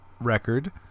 record